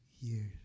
years